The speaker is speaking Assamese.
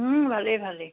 ভালেই ভালেই